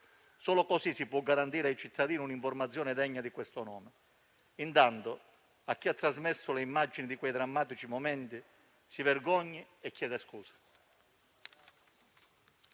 solo così si può garantire ai cittadini un'informazione degna di questo nome. Intanto, chi ha trasmesso le immagini di quei drammatici momenti si vergogni e chieda scusa.